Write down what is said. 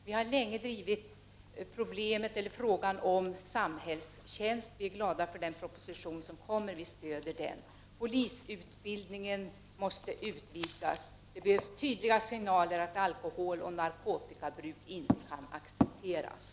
Vi har länge drivit tanken på samhällstjänst. Vi är glada för den proposition om detta som skall komma och stöder den. Polisutbildningen måste utvidgas. Det behövs tydliga signaler om att alkoholoch narkotikabruk inte kan accepteras.